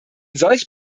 solch